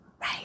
right